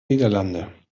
niederlande